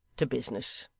to business